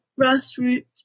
grassroots